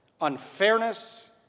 unfairness